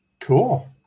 cool